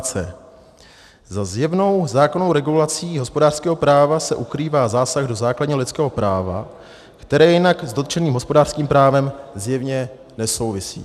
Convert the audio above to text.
c) Za zjevnou zákonnou regulací hospodářského práva se ukrývá zásah do základního lidského práva, který jinak s dotčeným hospodářským právem zjevně nesouvisí.